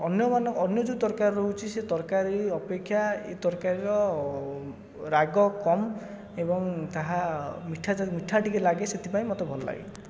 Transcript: ଅନ୍ୟମାନେ ଅନ୍ୟ ଯେଉଁ ତରକାରୀ ରହୁଛି ସେ ତରକାରୀ ଅପେକ୍ଷା ଏ ତରକାରୀର ରାଗ କମ ଏବଂ ତାହା ମିଠା ମିଠା ଟିକେ ଲାଗେ ସେଥିପାଇଁ ମୋତେ ଭଲ ଲାଗେ